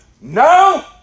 no